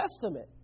Testament